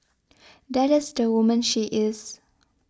that is the woman she is